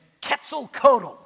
Quetzalcoatl